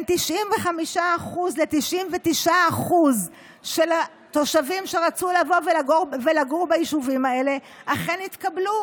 95% ל-99% של התושבים שרצו לבוא ולגור ביישובים האלה אכן התקבלו.